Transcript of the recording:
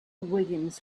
williams